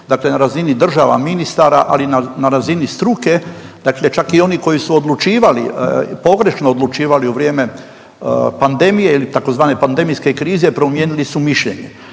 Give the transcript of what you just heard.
dakle na razini država, ministara ali i na razini struke dakle čak i oni koji su odlučivali, pogrešno odlučivali u vrijeme pandemije ili tzv. pandemijske krize, promijenili su mišljenje